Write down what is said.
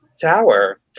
Tower